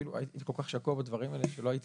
אפילו הייתי כל כך שקוע בדברים האלה שלא הייתי